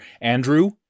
Andrew